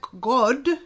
God